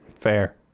Fair